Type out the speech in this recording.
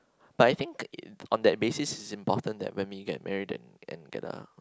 but I think on that basis it's important that when we get married and we get a